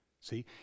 See